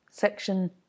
Section